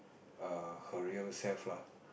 err her real self lah